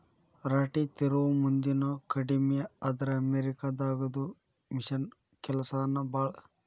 ರಾಟಿ ತಿರುವು ಮಂದಿನು ಕಡಮಿ ಆದ್ರ ಅಮೇರಿಕಾ ದಾಗದು ಮಿಷನ್ ಕೆಲಸಾನ ಭಾಳ